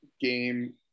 game